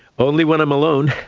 only when i'm alone.